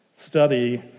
study